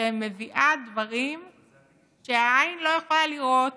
שמביאה דברים שהעין לא יכולה לראות